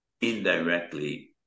indirectly